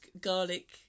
garlic